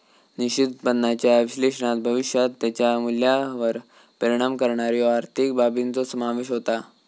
निश्चित उत्पन्नाच्या विश्लेषणात भविष्यात त्याच्या मूल्यावर परिणाम करणाऱ्यो आर्थिक बाबींचो समावेश होता